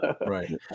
right